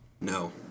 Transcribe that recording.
No